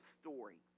story